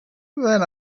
then